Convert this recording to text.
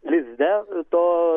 lizdelive to